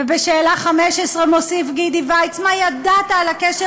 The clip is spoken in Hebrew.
ובשאלה 15 מוסיף גידי וייץ: מה ידעת על הקשר